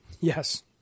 Yes